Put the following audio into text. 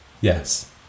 Yes